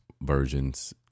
versions